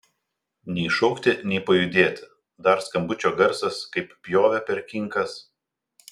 nei šaukti nei pajudėti dar skambučio garsas kaip pjovė per kinkas